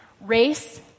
race